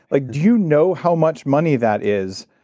like do you know how much money that is?